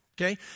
okay